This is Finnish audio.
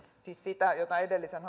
siis sitä mitä edellisen